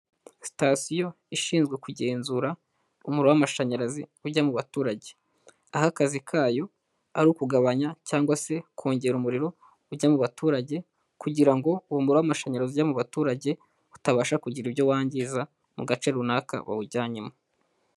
Sitasiyo ishinzwe kugenzura umuriro w'amashanyarazi ujya mu baturage, aho akazi kayo ari ukugabanya cyangwa se kongera umuriro ujya mu baturage kugira ngo uwo muriro w'amashanyarazi ujya mu baturage utabasha kugira ibyo wangiza mu gace runaka bawujyanyemo.